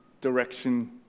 direction